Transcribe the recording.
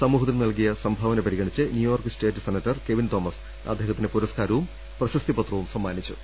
സമൂഹത്തിന് നൽകിയ സംഭാവന പരിഗണിച്ച് New York State Senator Kevin Thomas അദ്ദേഹത്തിന് പുരസ്കാരവും പ്രിശസ്തി പത്രവും സമ്മാനിച്ചു